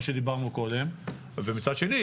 ומצד שני,